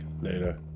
Later